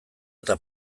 eta